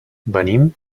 venim